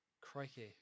Crikey